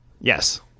Yes